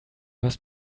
hast